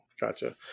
Gotcha